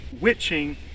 Witching